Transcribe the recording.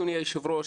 אדוני היושב-ראש,